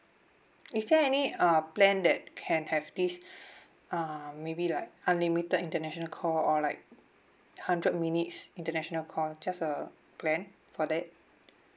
is there any uh plan that can have this uh maybe like unlimited international call or like hundred minutes international call just a plan for that